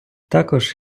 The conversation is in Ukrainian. також